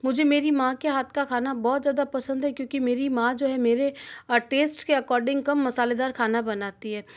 मुझे मेरी माँ के हाथ का खाना बहुत ज़्यादा पसंद है क्योंकि मेरी माँ जो है मेरे टेस्ट के अकॉर्डिंग कम मसालेदार खाना बनाती है